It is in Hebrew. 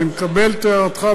אני מקבל את הערתך,